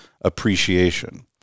appreciation